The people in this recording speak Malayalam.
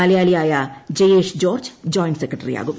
മലയാളിയായ ജയേഷ് ജോർജ്ജ് ജോയിന്റ് സെക്രട്ടറിയാകും